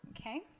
Okay